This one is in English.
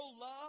love